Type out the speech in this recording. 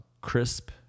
crisp